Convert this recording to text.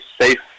safe